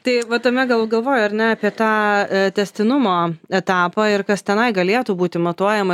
tai va tame gal galvoju ar ne apie tą tęstinumo etapą ir kas tenai galėtų būti matuojama